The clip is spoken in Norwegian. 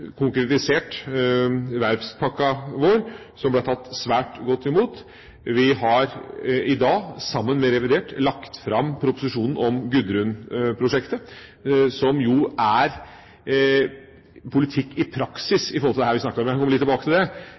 konkretisert verftspakka vår, som ble tatt svært godt imot. Vi har i dag, sammen med revidert, lagt fram proposisjonen om Gudrun-prosjektet, som jo er politikk i praksis i forhold til dette vi snakker om. Jeg skal komme litt tilbake til det.